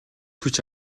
хүч